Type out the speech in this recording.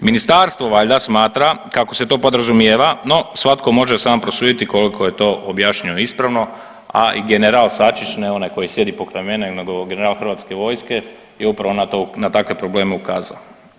Ministarstvo valjda smatra kako se to podrazumijeva, no svatko može sam prosuditi koliko je to objašnjeno ispravno, a i general Sačić, ne onaj koji sjedi pokraj mene nego general Hrvatske vojske je upravo na to, na takve probleme ukazao.